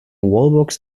wallbox